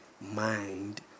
mind